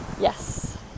Yes